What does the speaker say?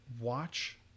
watch